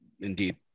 Indeed